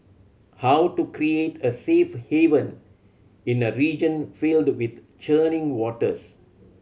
how to create a safe haven in a region filled with churning waters